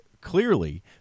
clearly